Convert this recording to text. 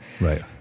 right